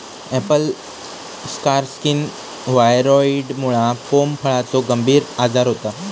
Apple scar skin व्हायरॉइडमुळा pome फळाचो गंभीर आजार होता